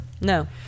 No